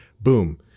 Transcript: Boom